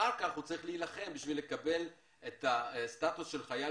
אחר כך הוא צריך להילחם בשביל לקבל סטטוס של חייל